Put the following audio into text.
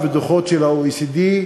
בדוחות של ה-OECD,